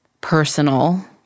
personal